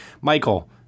Michael